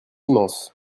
immense